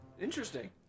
Interesting